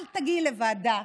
אל תגיעי לוועדה,